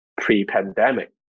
pre-pandemic